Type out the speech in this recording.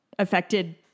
affected